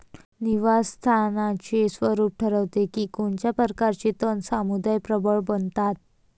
निवास स्थानाचे स्वरूप ठरवते की कोणत्या प्रकारचे तण समुदाय प्रबळ बनतात